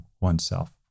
oneself